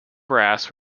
brass